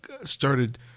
started